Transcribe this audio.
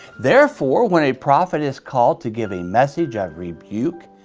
therefore, when a prophet is called to give a message of rebuke,